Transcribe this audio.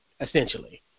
essentially